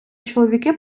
чоловіки